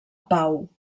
pau